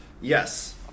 Yes